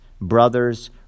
brothers